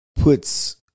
puts